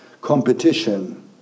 competition